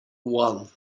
one